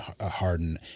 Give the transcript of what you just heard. Harden